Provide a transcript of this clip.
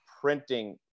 printing